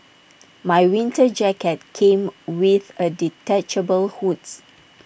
my winter jacket came with A detachable hoods